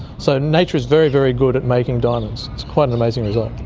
so nature is very, very good at making diamonds. it's quite an amazing result.